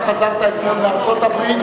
אתה חזרת אתמול מארצות-הברית,